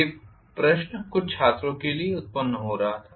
यह प्रश्न कुछ छात्रों के लिए उत्पन्न हो रहा था